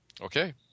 Okay